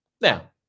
Now